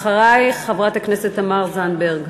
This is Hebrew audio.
אחרייך, חברת הכנסת תמר זנדברג.